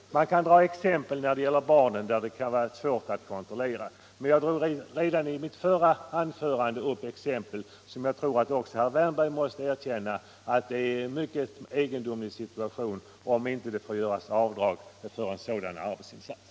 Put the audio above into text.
Man kan dra fram exempel på att det kan vara svårt att kontrollera när det gäller barnen. Men redan i mitt förra anförande tog jag exempel beträffande vilka jag tror att också herr Wärnberg måste erkänna att det är en mycket egendomlig situation om det inte får göras avdrag för en sådan arbetsinsats.